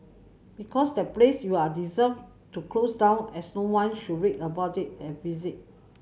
because that place you're deserve to close down as no one should read about it and visit